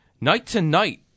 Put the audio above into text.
Night-to-night